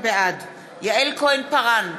בעד יעל כהן-פארן,